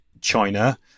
China